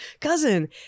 cousin